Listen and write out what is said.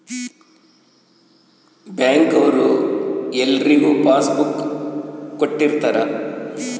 bank ಅವ್ರು ಎಲ್ರಿಗೂ passbook ಕೊಟ್ಟಿರ್ತರ